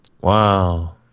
Wow